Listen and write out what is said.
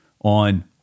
on